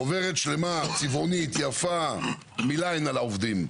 חוברת צבעונית ויפה ואין מילה על העובדים.